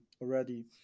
already